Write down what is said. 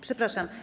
Przepraszam.